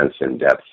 in-depth